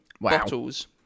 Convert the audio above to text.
Bottles